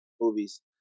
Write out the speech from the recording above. movies